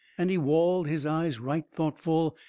and he walled his eyes right thoughtful,